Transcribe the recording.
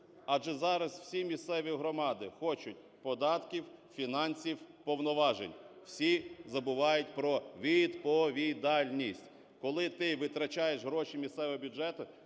Адже зараз всі місцеві громади хочуть податків, фінансів, повноважень, всі забувають про від-по-ві-даль-ність. Коли ти витрачаєш гроші місцевого бюджету,